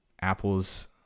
Apple's